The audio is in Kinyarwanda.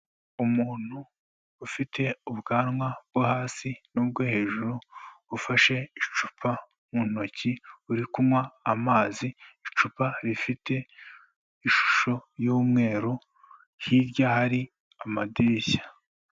Umuntu ufite ubwanwa bwo hasi n'ubwo hejuru, ufashe icupa mu ntoki uri kunywa amazi, icupa rifite ishusho y'umweru, hirya hari amadirishya.